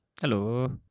Hello